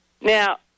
Now